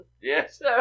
Yes